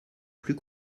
plus